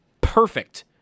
perfect